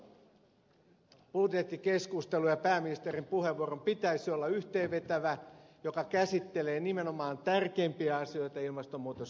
budjettikeskustelun ja pääministerin puheenvuoron pitäisi olla yhteenvetävä ja käsitellä nimenomaan tärkeimpiä asioita ja ilmastonmuutos on tällainen